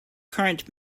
current